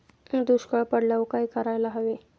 दुष्काळ पडल्यावर काय करायला हवे?